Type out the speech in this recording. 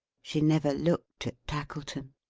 she never looked at tackleton,